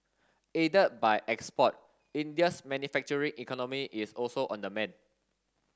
aided by export India's manufacturing economy is also on the mend